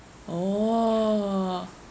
oh